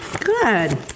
Good